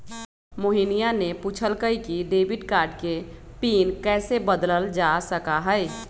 मोहिनीया ने पूछल कई कि डेबिट कार्ड के पिन कैसे बदल्ल जा सका हई?